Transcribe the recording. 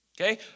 Okay